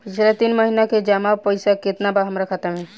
पिछला तीन महीना के जमा पैसा केतना बा हमरा खाता मे?